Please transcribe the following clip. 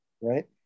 Right